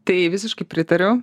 tai visiškai pritariau